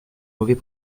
mauvais